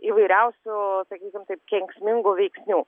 įvairiausių sakykim taip kenksmingų veiksnių